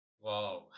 Wow